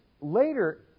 Later